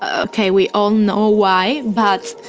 okay, we all know why, but